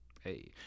Hey